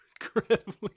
incredibly